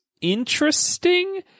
interesting